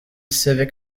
civic